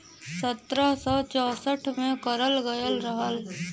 सत्रह सौ चौंसठ में करल गयल रहल